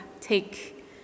take